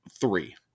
three